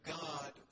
God